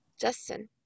Justin